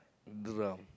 drum